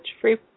free